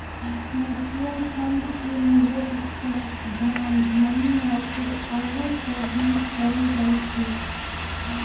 mutual fund के निवेश stock, bond, money market आउरो सभमें कएल जाइ छइ